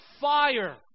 fire